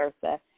versa